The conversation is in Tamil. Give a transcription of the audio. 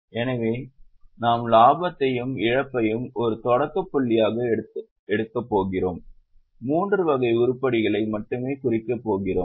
எனவே நாம் லாபத்தையும் இழப்பையும் ஒரு தொடக்க புள்ளியாக எடுக்கப் போகிறோம் மூன்று வகை உருப்படிகளை மட்டுமே குறிக்கப் போகிறோம்